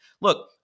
Look